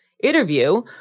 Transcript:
interview